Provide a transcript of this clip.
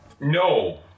No